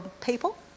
people